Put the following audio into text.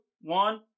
one